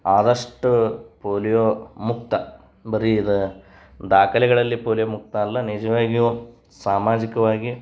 ಆದಷ್ಟು ಪೋಲಿಯೋ ಮುಕ್ತ ಬರೀ ಇದು ದಾಖಲೆಗಳಲ್ಲಿ ಪೋಲಿಯೋ ಮುಕ್ತ ಅಲ್ಲ ನಿಜವಾಗಿಯೂ ಸಾಮಾಜಿಕವಾಗಿ